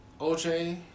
OJ